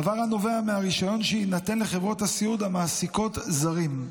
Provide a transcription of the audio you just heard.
דבר הנובע מהרישיון שיינתן לחברות הסיעוד המעסיקות זרים,